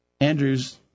Andrew's